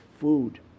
food